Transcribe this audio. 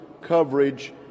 coverage